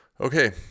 Okay